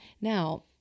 Now